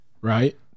Right